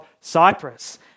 Cyprus